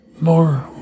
more